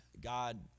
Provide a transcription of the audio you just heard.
God